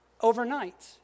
overnight